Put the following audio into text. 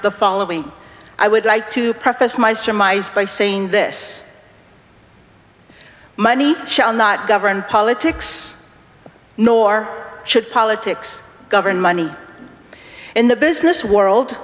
the following i would like to preface my surmise by saying this money shall not govern politics nor should politics govern money in the business world